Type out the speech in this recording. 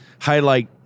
highlight